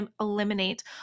eliminate